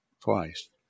twice